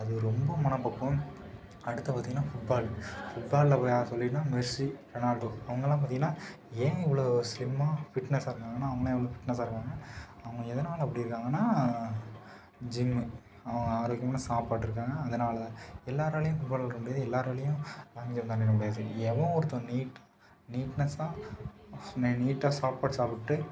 அது ரொம்ப மனப்பக்குவம் அடுத்து பார்த்தீங்கன்னா ஃபுட் ஃபால் ஃபுட் ஃபாலில் யார் சொல்லின்னால் மெஸ்ஸி ரெனால்டோ அவங்கல்லாம் பார்த்தீங்கன்னா ஏன் இவ்வளோ ஸ்லிம்மாக ஃபிட்னஸாக இருக்காங்கன்னால் அவங்க எவ்வளவு ஃபிட்னஸாக இருக்காங்கன்னால் அவங்க எதனால் அப்படி இருக்காங்கன்னால் ஜிம்மு அவங்க ஆரோக்கியமான சாப்பாடு இருக்காங்க அதனால் எல்லாேராலையும் ஃபுட் ஃபால் விளாட முடியாது எல்லாேராலயும் லாங் ஜம்ப் விளாட முடியாது எவன் ஒருத்தன் நீட் நீட்னஸாக நீட்டாக சாப்பாடு சாப்பிட்டு